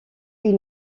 ils